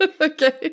Okay